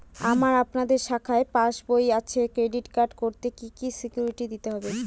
আমার আপনাদের শাখায় পাসবই আছে ক্রেডিট কার্ড করতে কি কি সিকিউরিটি দিতে হবে?